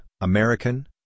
American